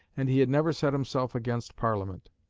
and he had never set himself against parliament.